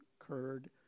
occurred